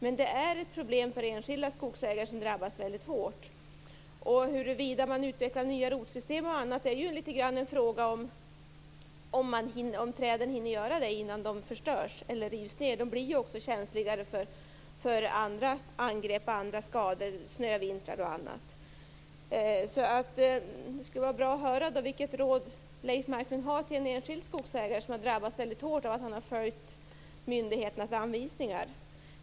Men det är ett problem för enskilda skogsägare, som drabbas väldigt hårt. Huruvida det utvecklas nya rotsystem och annat är ju litet grand en fråga om ifall träden hinner göra det innan de förstörs eller rivs ned. De blir känsligare för andra angrepp och skador, snövintrar osv. Det skulle vara bra att höra vilket råd Leif Marklund har till en enskild skogsägare som har drabbats väldigt hårt av att han har följt myndigheternas anvisningar.